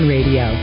Radio